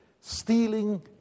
stealing